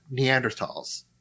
Neanderthals